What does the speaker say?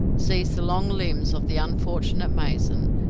seized the long limbs of the unfortunate mason,